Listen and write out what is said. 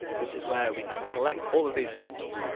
which is where we can select all of these clips